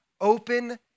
open